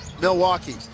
Milwaukee